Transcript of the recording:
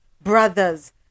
Brothers